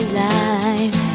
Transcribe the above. life